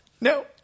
No